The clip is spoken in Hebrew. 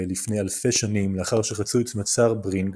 לפני אלפי שנים לאחר שחצו את מצר ברינג